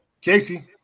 Casey